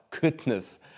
goodness